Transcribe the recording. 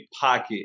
pocket